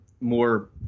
more